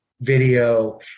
video